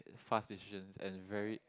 fast decisions and very